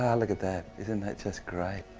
um look at that. isn't that just great?